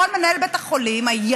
מנהל בית החולים היה